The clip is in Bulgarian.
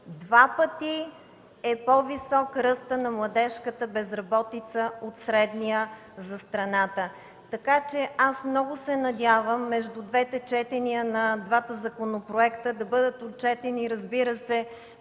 Два пъти е по-висок ръстът на младежката безработица от средния за страната. Аз много се надявам между двете четения на двата законопроекта да бъдат отчетени, разбира се,